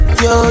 yo